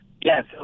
Yes